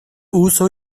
uso